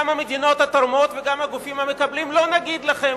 גם המדינות התורמות וגם הגופים המקבלים: לא נגיד לכם,